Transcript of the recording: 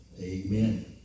Amen